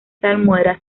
salmuera